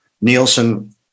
Nielsen